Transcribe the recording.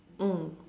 mm